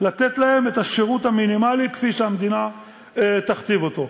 את השירות המינימלי כפי שהמדינה תכתיב אותו.